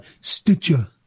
Stitcher